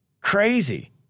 Crazy